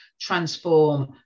transform